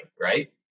right